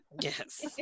Yes